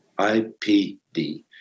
IPD